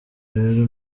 rero